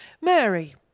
Mary